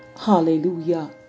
Hallelujah